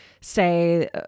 say